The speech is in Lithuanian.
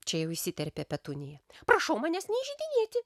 čia jau įsiterpė petunija prašau manęs neįžeidinėti